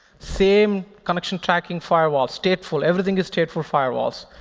same connection tracking firewall, stateful. everything is stateful firewalls.